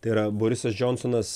tai yra borisas džonsonas